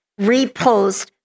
repost